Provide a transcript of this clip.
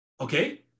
okay